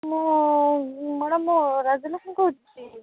ମୁଁ ମ୍ୟାଡ଼ାମ୍ ମୁଁ ରାଜଲକ୍ଷ୍ମୀ କହୁଛି